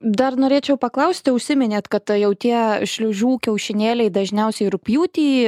dar norėčiau paklausti užsiminėt kad tai jau tie šliužių kiaušinėliai dažniausiai rugpjūtį